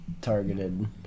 targeted